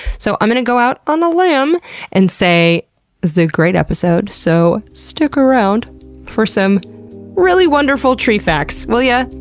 so, i am gonna go out on a limb and say this is a great episode, so stick around for some really wonderful tree facts, will yeah